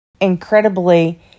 incredibly